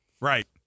Right